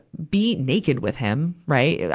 be naked with him, right. yeah